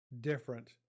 different